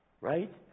right